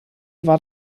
war